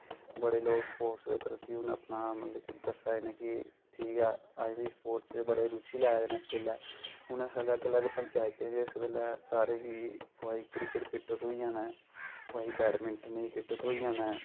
बड़े लोग स्पोर्टस दे प्रति हून अपना मतलब कि दस्सा दे न कि ठीक ऐ अस बी स्पोर्टस च बड़ी रूचि लै दे न इस बेल्लै हून अलग अलग पंचायतें च इस बेल्लै सारें गी कुहै ई क्रिकेट किट्ट थ्होइयां न कुहै ई बैडमिंटन दी किट्ट थ्होइयां न